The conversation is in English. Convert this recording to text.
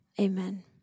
Amen